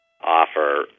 offer